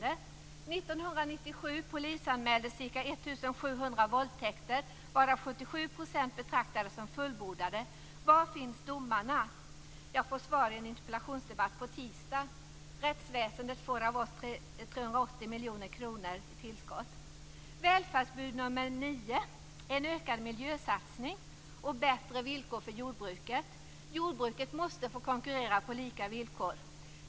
1997 polisanmäldes ca 1 700 våldtäkter varav 77 % betraktades som fullbordade. Var finns domarna? Jag får svar i en interpellationsdebatt på tisdag. Rättsväsendet får av oss ett tillskott på Välfärdsbud nummer nio: en ökad miljösatsning och bättre villkor för jordbruket. Jordbruket måste få konkurrera på lika villkor.